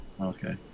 Okay